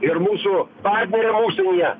ir mūsų partneriam užsienyje